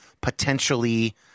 potentially